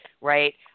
right